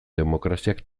demokraziak